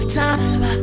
time